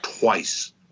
Twice